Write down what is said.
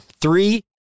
three